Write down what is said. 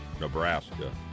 Nebraska